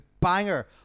banger